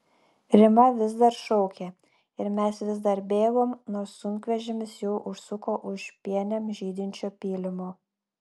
rima vis dar šaukė ir mes vis dar bėgom nors sunkvežimis jau užsuko už pienėm žydinčio pylimo